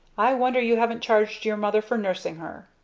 i wonder you haven't charged your mother for nursing her?